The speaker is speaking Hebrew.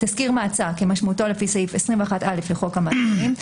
״תסקיר מעצר״ כמשמעותו לפי סעיף 21א לחוק המעצרים.